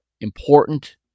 important